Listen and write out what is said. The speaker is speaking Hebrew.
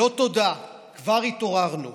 לא תודה, כבר התעוררנו,